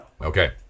Okay